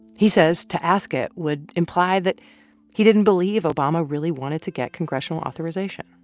he says to ask it would imply that he didn't believe obama really wanted to get congressional authorization.